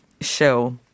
show